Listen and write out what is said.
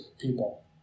people